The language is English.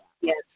Yes